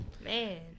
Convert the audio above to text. man